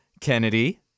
Kennedy